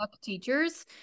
teachers